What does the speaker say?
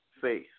faith